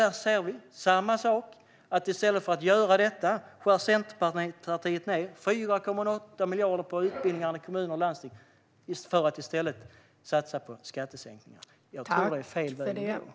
Där ser vi samma sak: I stället för att göra detta skär Centerpartiet ned 4,8 miljarder på utbildningarna i kommuner och landsting för att i stället satsa på skattesänkningar. Jag tror att det är fel väg att gå.